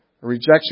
rejection